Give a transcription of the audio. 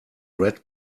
red